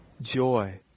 Joy